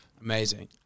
Amazing